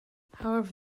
however